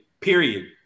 Period